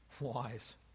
wise